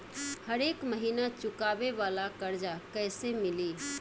हरेक महिना चुकावे वाला कर्जा कैसे मिली?